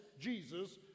Jesus